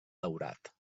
daurat